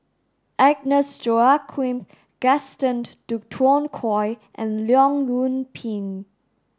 Agnes Joaquim Gaston Dutronquoy and Leong Yoon Pin